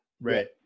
right